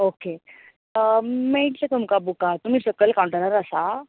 okay मेळटले तुमकां बुकां तुमी सकयल कांवटरार आसा